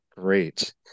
great